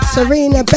Serena